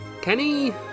Kenny